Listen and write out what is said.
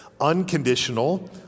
unconditional